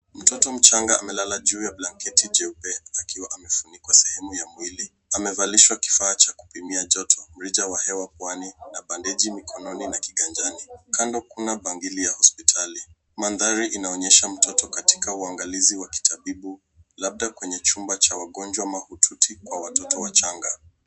Mtoto mchanga amelala juu ya blanketi jeupe akiwa amefunikwa sehemu ya mwili. Amevalishwa kifaa cha kupimia joto, urija wa hewa puani na bandeji mkononi na kiganjani . Kando kuna bangili ya hospitali. Maandhari inaonyesha mtoto katika uangalizi wa kitabibu labda kwenye chumba cha wagonjwa mahututi kwa watoto wachanga.